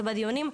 זה בדיונים,